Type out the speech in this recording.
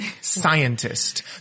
scientist